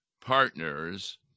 partners